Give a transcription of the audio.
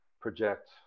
project